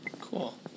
Cool